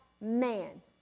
man